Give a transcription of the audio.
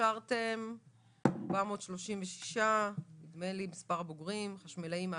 הכשרתם 436 חשמלאי שירות.